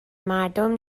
مردم